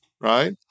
Right